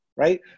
Right